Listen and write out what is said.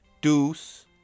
Deuce